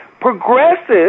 Progressives